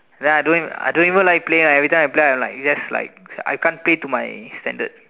then I don't I don't even like playing like everytime I play right I'm like just like I can't play to my standard